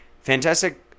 Fantastic